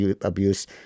abuse